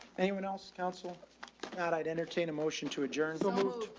anyone else, counsel that i'd entertain a motion to adjourn? so moved,